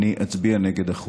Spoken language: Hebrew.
אני אצביע נגד החוק.